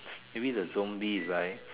maybe the zombies right